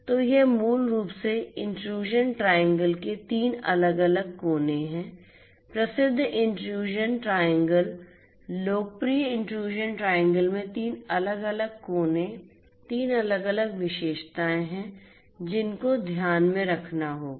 तो यह मूल रूप से इन्ट्रूसिओं ट्रायंगल के 3 अलग अलग कोने हैं प्रसिद्ध इन्ट्रूसिओं ट्रायंगल लोकप्रिय इन्ट्रूसिओं ट्रायंगल में तीन अलग अलग कोने तीन अलग अलग विशेषताएं हैं जिनको ध्यान में रखना होगा